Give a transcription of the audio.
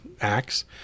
acts